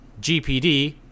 GPD